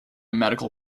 medical